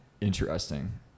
interesting